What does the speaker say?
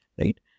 right